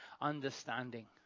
understanding